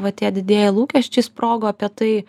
va tie didieji lūkesčiai sprogo apie tai